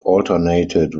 alternated